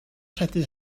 credu